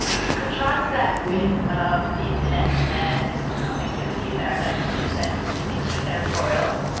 you contrast that with the internet and activities that are done on the internet which is extraterritorial.